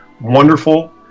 wonderful